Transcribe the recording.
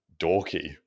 dorky